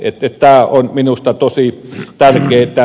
tämä on minusta tosi tärkeätä